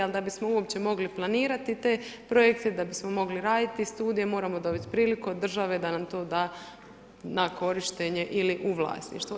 Ali da bismo uopće mogli planirati te projekte, da bismo mogli raditi studije moramo dobiti priliku od države da nam to da na korištenje ili u vlasništvo.